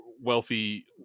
wealthy